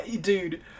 Dude